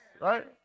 right